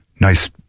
nice